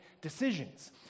decisions